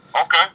Okay